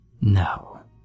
no